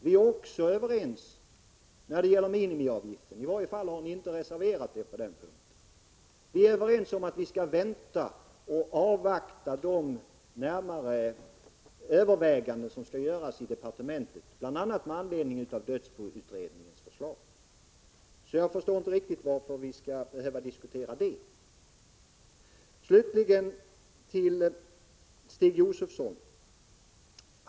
Vi är också överens när det gäller minimiavgiften. I varje fall har ni inte reserverat er på den punkten. Vi är överens om att vi skall avvakta de närmare överväganden som skall göras i departementet, bl.a. med anledning av dödsboutredningens förslag. Jag förstår inte riktigt varför vi skall behöva diskutera det. Slutligen vill jag vända mig till Stig Josefson.